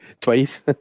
twice